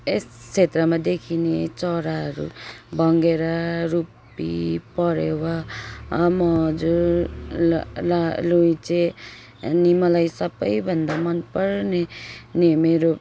यस छेत्रमा देखिने चराहरू भङ्गेरा रुप्पी परेवा मजुर ल ला लुइँचे अनि मलाई सबैभन्दा मन पर्ने ने मेरो